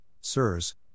Sirs